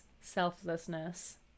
selflessness